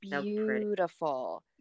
beautiful